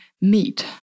meet